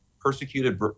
persecuted